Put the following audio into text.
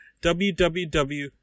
www